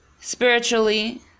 spiritually